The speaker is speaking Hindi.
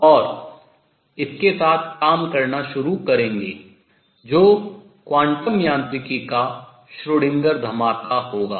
और इसके साथ काम करना शुरू करेंगे जो क्वांटम यांत्रिकी का श्रोडिंगर धमाका होगा